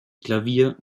klavier